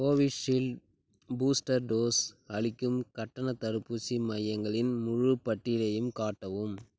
Covishield booster dose அளிக்கும் கட்டணத் தடுப்பூசி மையங்களின் முழுப் பட்டியலையும் காட்டவும்